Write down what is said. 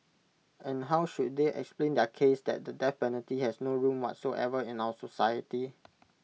and how should they explain their case that the death penalty has no room whatsoever in our society